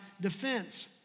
defense